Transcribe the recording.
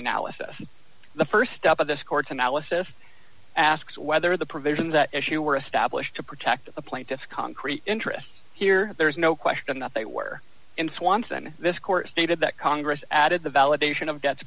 analysis the st step of this court's analysis asks whether the provisions that issue were established to protect the plaintiffs concrete interests here there's no question that they were in swanson this court stated that congress added the validation of debts